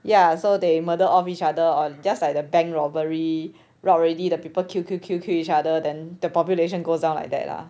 ya so they murder all of each other on just like the bank robbery rob already the people kill kill kill kill each other then the population goes down like that lah